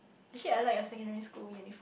actually I like your secondary school uniform